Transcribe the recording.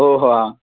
हो हो हां